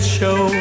show